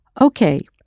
Okay